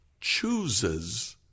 chooses